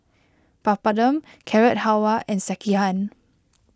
Papadum Carrot Halwa and Sekihan